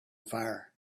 fire